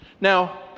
Now